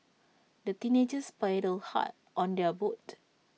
the teenagers paddled hard on their boat